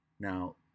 Now